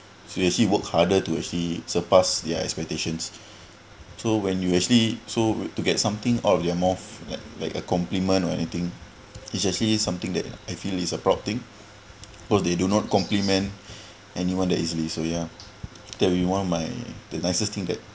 so actually work harder to actually surpassed their expectations so when you actually so to get something of their mouth like like a compliment or anything it's actually something that I feel is a proud thing because they do not compliment anyone that easily so yeah that'll be one of my the nicest thing that